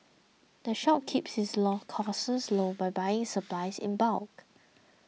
the shop keeps its law costs low by buying supplies in bulk